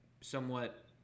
somewhat –